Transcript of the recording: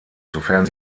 sofern